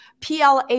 PLA